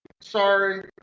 Sorry